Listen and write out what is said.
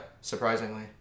surprisingly